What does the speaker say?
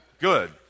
Good